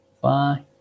Bye